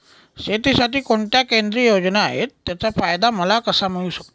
शेतीसाठी कोणत्या केंद्रिय योजना आहेत, त्याचा फायदा मला कसा मिळू शकतो?